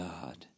God